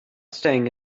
staying